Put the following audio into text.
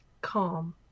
Calm